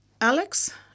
Alex